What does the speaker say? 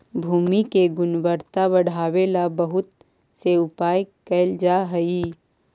भूमि के गुणवत्ता बढ़ावे ला बहुत से उपाय कैल जा हई